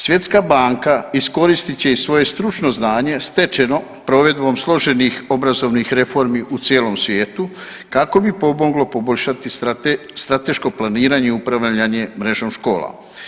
Svjetska banka iskoristit će i svoje stručno znanje stečeno provedbom složenih obrazovnih reformi u cijelom svijetu kako bi pomoglo poboljšati strateško planiranje i upravljanje mrežom škola.